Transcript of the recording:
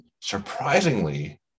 surprisingly